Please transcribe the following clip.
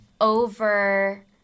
over